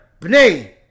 bnei